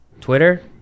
Twitter